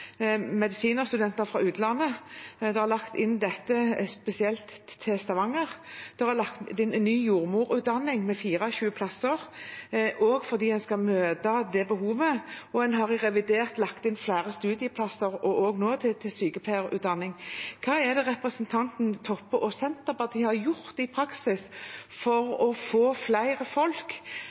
fra utlandet. Det gjelder spesielt for Stavanger, der det er en ny jordmorutdanning med 24 plasser – også fordi en skal møte det behovet. En har i revidert nasjonalbudsjett lagt inn flere studieplasser også til sykepleierutdanning. Hva er det representanten Toppe og Senterpartiet har gjort i praksis for å få utdannet flere folk